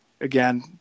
again